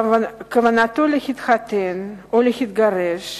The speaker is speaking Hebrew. כוונתו להתחתן או להתגרש,